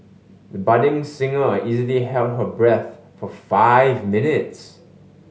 the budding singer easily held her breath for five minutes